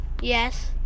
Yes